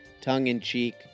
tongue-in-cheek